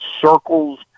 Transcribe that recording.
circles